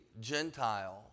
Gentile